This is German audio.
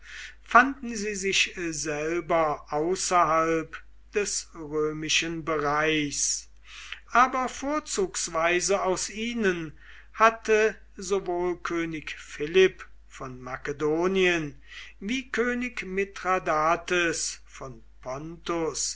befanden sie sich selber außerhalb des römischen bereichs aber vorzugsweise aus ihnen hatte sowohl könig philipp von makedonien wie könig mithradates von